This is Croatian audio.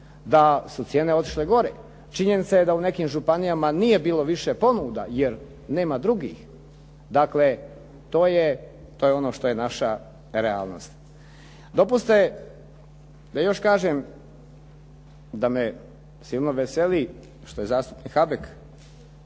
da su cijene otišle gore. Činjenica je da u nekim županijama nije bilo više ponuda jer nema drugih. Dakle, to je, to je ono što je naša realnost. Dopustite da još kažem da me silno veseli što je zastupnik Habek